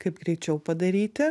kaip greičiau padaryti